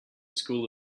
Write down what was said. school